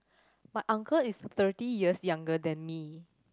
my uncle is thirty years younger than me